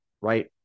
right